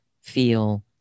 feel